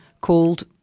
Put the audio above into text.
called